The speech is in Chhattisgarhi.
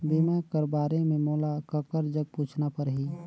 बीमा कर बारे मे मोला ककर जग पूछना परही?